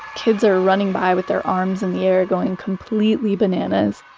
kids are running by with their arms in the air going completely bananas.